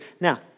Now